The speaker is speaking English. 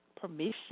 permission